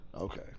Okay